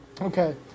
Okay